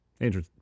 Andrew